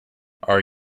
are